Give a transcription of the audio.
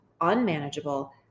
unmanageable